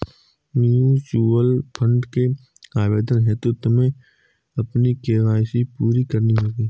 mutual fund के आवेदन हेतु तुम्हें अपनी के.वाई.सी पूरी करनी होगी